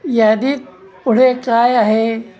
यादीत पुढे काय आहे